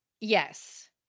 yes